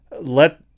let